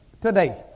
today